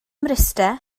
mryste